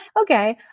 Okay